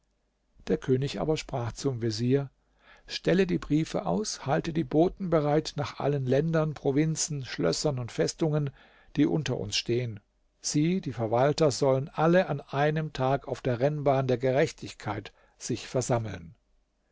der könig aber sprach zum vezier stelle die briefe aus halte die boten bereit nach allen ländern provinzen schlössern und festungen die unter uns stehen sie die verwalter sollen alle an einem tag auf der rennbahn der gerechtigkeit sich versammeln